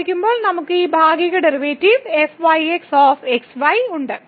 ആയിരിക്കുമ്പോൾ നമുക്ക് ഈ ഭാഗിക ഡെറിവേറ്റീവ് fyxx y ഉണ്ട്